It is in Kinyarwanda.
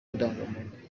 indangamuntu